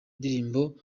ndirimbo